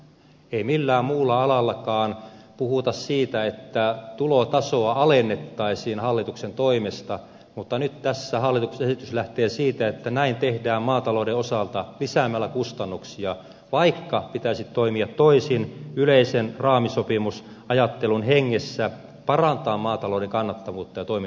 ei millään muullakaan alalla puhuta siitä että tulotasoa alennettaisiin hallituksen toimesta mutta nyt tässä hallituksen esitys lähtee siitä että näin tehdään maatalouden osalta lisäämällä kustannuksia vaikka pitäisi toimia toisin yleisen raamisopimusajattelun hengessä ja parantaa maatalouden kannattavuutta ja toimintaedellytystä